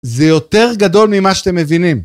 זה יותר גדול ממה שאתם מבינים.